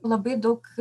labai daug